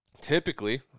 Typically